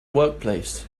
workplace